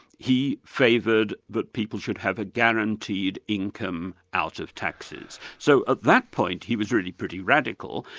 he favoured that people should have a guaranteed income out of taxes. so at that point, he was really pretty radical.